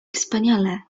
wspaniale